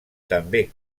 també